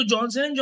Johnson &